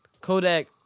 Kodak